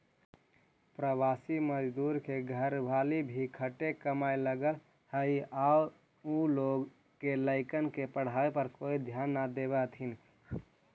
प्रवासी मजदूर के घरवाली भी खटे कमाए लगऽ हई आउ उ लोग के लइकन के पढ़ाई पर कोई ध्याने न देवऽ हथिन